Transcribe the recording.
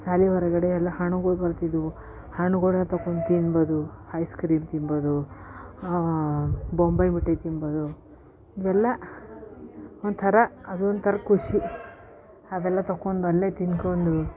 ಶಾಲೆ ಹೊರಗಡೆ ಎಲ್ಲ ಹಣ್ಣುಗಳು ಬರ್ತಿದ್ದೆವು ಹಣ್ಣುಗಳು ಎತ್ತಾಕೊಂಡು ತಿನ್ಬೋದು ಐಸ್ ಕ್ರೀಮ್ ತಿನ್ಬೋದು ಬೊಂಬೆ ಮಿಠಾಯಿ ತಿನ್ಬೋದು ಇವೆಲ್ಲ ಒಂಥರ ಅದೊಂದು ಥರ ಖುಷಿ ಅದೆಲ್ಲ ತೊಗೊಂಡು ಅಲ್ಲೆ ತಿಂದ್ಕೊಂಡು